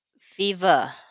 fever